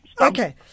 Okay